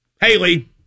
Haley